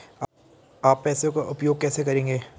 आप पैसे का उपयोग कैसे करेंगे?